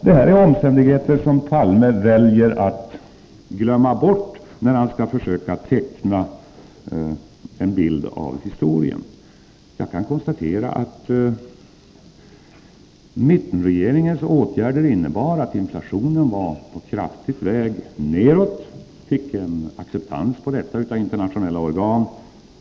Detta är omständigheter som Palme väljer att glömma bort när han skall försöka teckna en bild av historien. Jag kan konstatera att mittenregeringens åtgärder innebar att inflationen kraftigt var på väg nedåt. Vi fick en acceptans på detta av internationella organ.